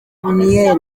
prunier